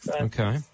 Okay